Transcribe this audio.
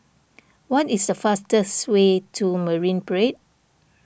what is the fastest way to Marine Parade